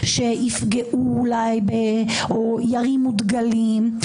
שיפגעו אולי או ירימו דגלים.